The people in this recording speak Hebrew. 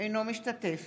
אינו משתתף